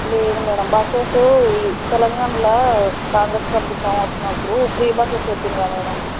లేదు madam buses ఈ తెలంగాణలో కాంగ్రెస్ ప్రభుత్వం వచ్చినప్పుడు ఫ్రీ బస్సెస్ పెట్టాడుగా మేడం